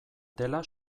dela